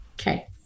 Okay